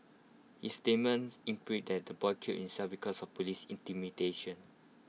his statements imply that the boy killed himself because of Police intimidation